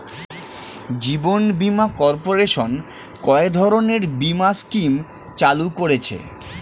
জীবন বীমা কর্পোরেশন কয় ধরনের বীমা স্কিম চালু করেছে?